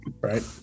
right